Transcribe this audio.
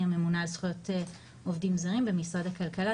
אני הממונה על זכויות עובדים זרים במשרד הכלכלה,